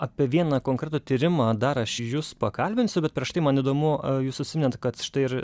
apie vieną konkretų tyrimą dar aš jus pakalbinsiu bet prieš tai man įdomu jūs užsiminėt kad štai ir